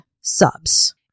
subs